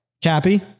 Cappy